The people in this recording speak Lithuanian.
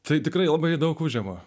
tai tikrai labai daug užima